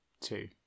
two